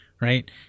Right